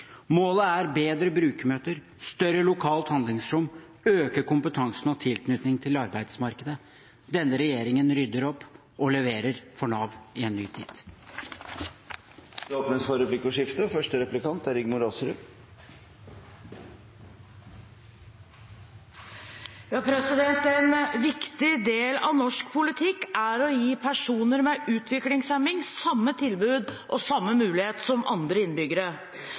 Målet er bedre brukermøter, større lokalt handlingsrom og å øke kompetansen og tilknytningen til arbeidsmarkedet. Denne regjeringen rydder opp og leverer for Nav i en ny tid. Det blir replikkordskifte. En viktig del av norsk politikk er å gi personer med utviklingshemning samme tilbud og samme mulighet som andre innbyggere.